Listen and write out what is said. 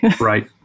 Right